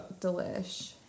Delish